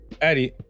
Eddie